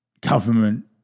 government